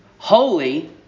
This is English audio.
Holy